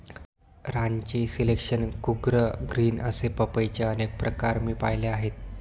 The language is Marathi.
रांची सिलेक्शन, कूर्ग ग्रीन असे पपईचे अनेक प्रकार मी पाहिले आहेत